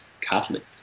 catholic